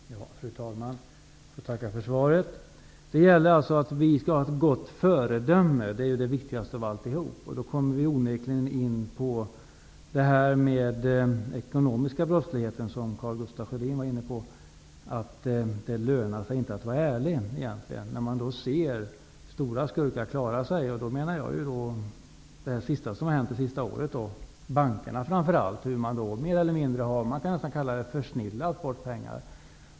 Fru talman! Jag får tacka för svaret. Det gäller alltså att vi skall ha ett gott föredöme. Det är det viktigaste av alltihop. Då kommer vi onekligen in på den ekonomiska brottsligheten, som Karl Gustaf Sjödin var inne på. Det lönar sig egentligen inte att vara ärlig när man ser att stora skurkar klarar sig. Då tänker jag på det som har hänt det senaste året när det gäller bankerna. Där har har man mer eller mindre försnillat bort pengar.